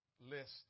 list